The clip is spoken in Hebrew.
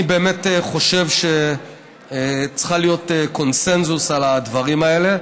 אני באמת חושב שצריך להיות קונסנזוס על הדברים האלה,